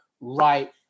right